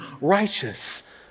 righteous